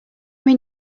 mean